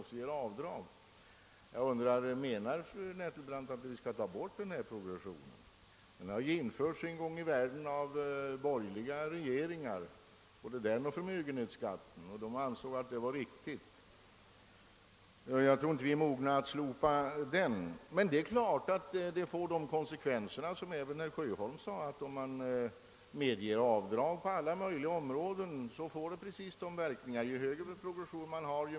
Menar fru Nettelbrandt att vi skall ta bort progressionen? Den har ju en gång i världen genomförts av borgerliga regeringar såväl som förmögenhetsskatten. De ansåg att det var riktigt att göra det. Jag tror inte vi är mogna att slopa den. Men det är klart att det får de konsekvenserna, såsom även herr Sjöholm sade, att om man medger avdrag på alla möjliga områden tjänar man mer på avdraget ju högre progression man har.